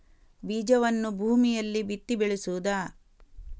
ಬೀಜವನ್ನು ಭೂಮಿಯಲ್ಲಿ ಬಿತ್ತಿ ಬೆಳೆಸುವುದಾ?